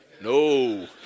No